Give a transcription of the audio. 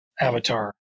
avatar